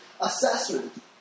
assessment